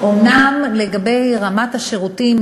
אומנם לגבי רמת השירותים,